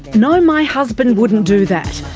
no, my husband wouldn't do that.